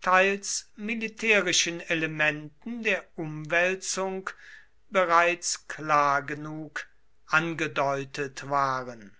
teils militärischen elementen der umwälzung bereits klar genug angedeutet waren